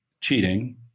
cheating